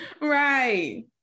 Right